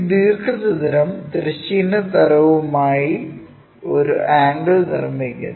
ഈ ദീർഘചതുരം തിരശ്ചീന തലവുമായിട്ടു ഒരു ആംഗിൾ നിർമ്മിക്കുന്നു